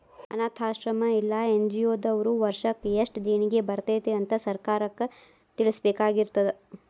ಅನ್ನಾಥಾಶ್ರಮ್ಮಾ ಇಲ್ಲಾ ಎನ್.ಜಿ.ಒ ದವ್ರು ವರ್ಷಕ್ ಯೆಸ್ಟ್ ದೇಣಿಗಿ ಬರ್ತೇತಿ ಅಂತ್ ಸರ್ಕಾರಕ್ಕ್ ತಿಳ್ಸಬೇಕಾಗಿರ್ತದ